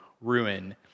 ruin